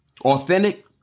authentic